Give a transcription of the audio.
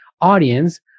audience